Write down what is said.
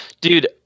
Dude